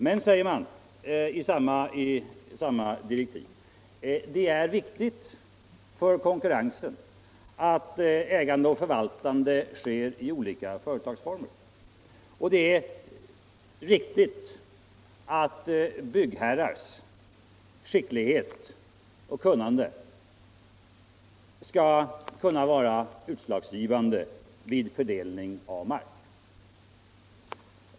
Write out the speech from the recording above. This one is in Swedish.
Men, säger man i samma direktiv, det är viktigt för konkurrensen att ägande och förvaltande sker i olika företagsformer. Och det är viktigt att byggherrens skicklighet och kunnande skall avgöra vid fördelningen av mark.